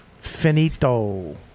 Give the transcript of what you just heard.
finito